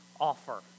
offer